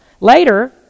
Later